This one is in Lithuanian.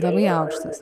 labai aukštas